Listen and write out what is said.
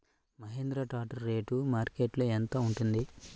Mahindra tractor rate మార్కెట్లో యెంత ఉంటుంది?